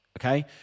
Okay